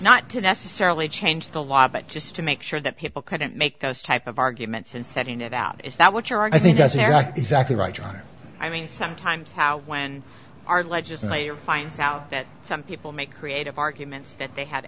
not to necessarily change the law but just to make sure that people couldn't make those type of arguments and setting it out is that what you are getting doesn't act exactly right john i mean sometimes how when our legislator finds out that some people make creative arguments that they ha